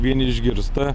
vieni išgirsta